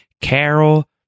Carol